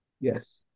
yes